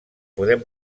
podem